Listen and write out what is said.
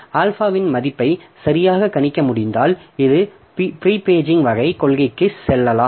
ஆல்பாவின் மதிப்பை சரியாக கணிக்க முடிந்தால் இந்த பிரீ பேஜிங் வகை கொள்கைக்கு செல்லலாம்